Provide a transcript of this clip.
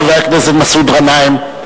חבר הכנסת מסעוד גנאים,